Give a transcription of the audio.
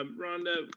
um rhonda,